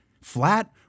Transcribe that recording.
Flat